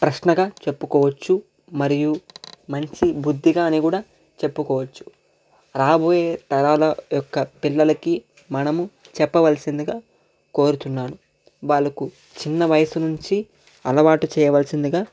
ప్రశ్నగా చెప్పుకోవచ్చు మరియు మంచి బుద్ధిగా అని కూడా చెప్పుకోవచ్చు రాబోయే తరాల యొక్క పిల్లలకి మనము చెప్పవలసిందిగా కోరుచున్నాను వాళ్ళకు చిన్న వయసు నుంచి అలవాటు చేయవలసిందిగా